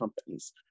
companies